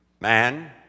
man